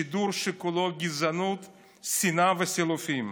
שידור שכולו גזענות, שנאה וסילופים.